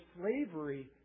slavery